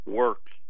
works